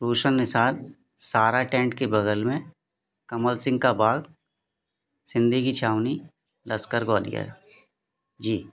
भूषण निसाद सारा टेंट के बगल में कमल सिंह का बाग सिंधी की छावनी लस्कर ग्वालियर जी